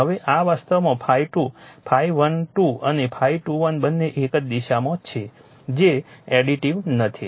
હવે આ વાસ્તવમાં ∅2∅12 અને ∅21 બંને એક જ દિશામાં છે જે એડિટિવ નથી